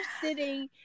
sitting